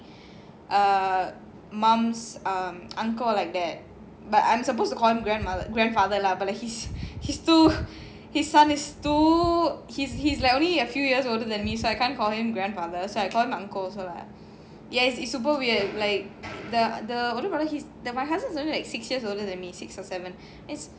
err mums um uncle like that but I'm supposed to call him grandmother grandfather lah but he's he's too his son is too he's he's like only a few years older than me so I can't call him grandfather so I call him uncle also lah yes it's super weird like the the cousin is only like six years older than me six or seven is